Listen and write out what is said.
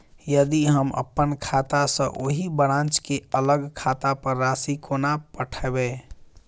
यदि हम अप्पन खाता सँ ओही ब्रांच केँ अलग खाता पर राशि कोना पठेबै?